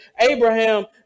Abraham